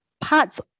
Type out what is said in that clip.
Parts